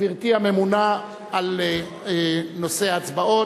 גברתי הממונה על נושא ההצבעות,